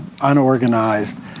unorganized